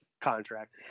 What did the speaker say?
contract